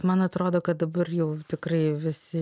man atrodo kad dabar jau tikrai visi